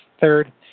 Third